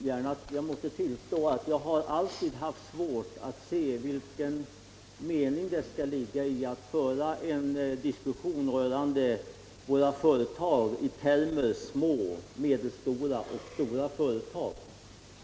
Herr talman! Jag måste tillstå att jag alltid haft svårt för att se vilken mening det skall ligga i att föra en diskussion rörande våra företag i termer som små, medelstora och stora.